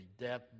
death